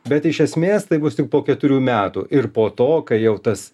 bet iš esmės tai bus tik po keturių metų ir po to kai jau tas